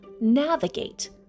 navigate